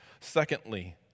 Secondly